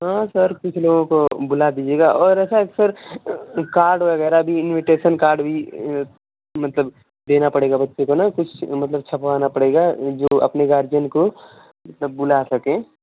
हँ सर कुछ लोगों को बुला दीजिएगा और ऐसा है कि सर कार्ड वगैरह भी इन्विटैसन कार्ड भी मतलब देना पड़ेगा बच्चे को न कुछ मतलब छपवाना पड़ेगा जो अपने गारजियन को मतलब बुला सके